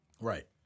Right